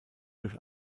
durch